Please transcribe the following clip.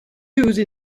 used